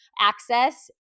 access